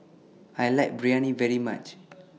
I like Biryani very much